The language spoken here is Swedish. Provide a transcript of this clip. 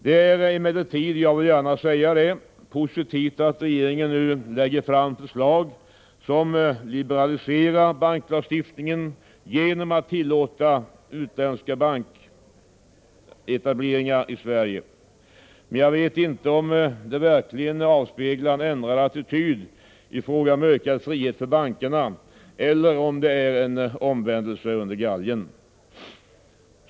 Det är emellertid positivt — jag vill gärna säga det — att regeringen nu lägger fram förslag som liberaliserar banklagstiftningen genom att tillåta utländsk banketablering i Sverige. Men jag vet inte om det verkligen avspeglar en ändrad attityd i fråga om ökad frihet för bankerna eller om det är en omvändelse under galgen.